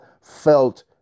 felt